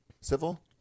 Civil